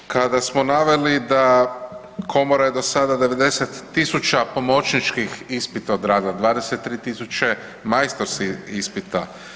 Kada smo naveli da komora je do sada 90.000 pomoćničkih ispita odradila, 23.000 majstorskih ispita.